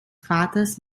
vaters